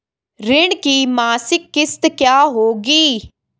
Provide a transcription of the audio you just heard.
ऋण की मासिक किश्त क्या होगी?